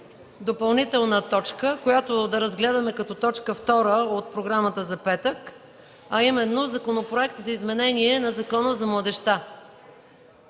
допълнителна точка, която да разгледаме като точка втора от програмата за петък, а именно Законопроект за изменение на Закона за младежта.